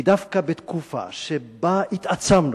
כי דווקא בתקופה שבה התעצמנו,